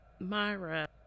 Myra